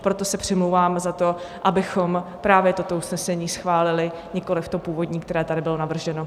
Proto se přimlouvám za to, abychom právě toto usnesení schválili, nikoliv to původní, které tady bylo navrženo.